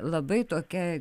labai tokia